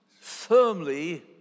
firmly